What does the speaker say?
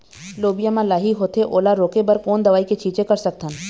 लोबिया मा लाही होथे ओला रोके बर कोन दवई के छीचें कर सकथन?